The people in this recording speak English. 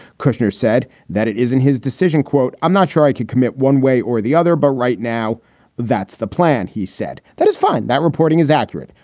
kushner said that it isn't his decision, quote, i'm not sure i could commit one way or the other, but right now that's the plan, he said. that is fine. that reporting is accurate.